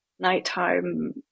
nighttime